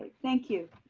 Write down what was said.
thank you.